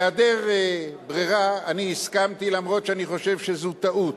בהיעדר ברירה הסכמתי, אף שאני חושב שזו טעות.